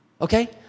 Okay